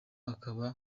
akaba